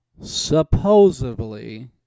supposedly